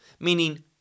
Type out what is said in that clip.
Meaning